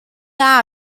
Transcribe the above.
dda